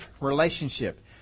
relationship